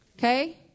Okay